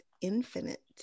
Infinite